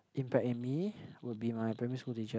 impact in me would be my primary school teacher